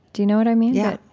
do you know what i mean? yeah.